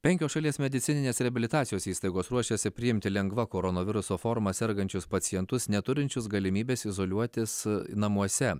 penkios šalies medicininės reabilitacijos įstaigos ruošiasi priimti lengva koronaviruso forma sergančius pacientus neturinčius galimybės izoliuotis namuose